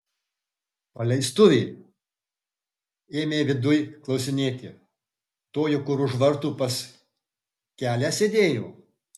paleistuvė ėmė viduj klausinėti toji kur už vartų pas kelią sėdėjo